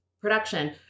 production